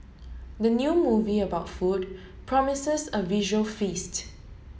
the new movie about food promises a visual feast